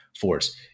force